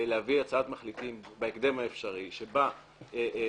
להביא הצעת מחליטים בהקדם האפשרי שבה התהליך,